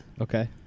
Okay